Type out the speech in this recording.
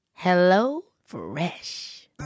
HelloFresh